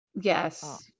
yes